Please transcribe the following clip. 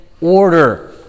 order